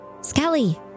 Skelly